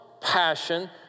passion